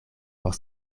por